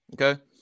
Okay